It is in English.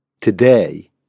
today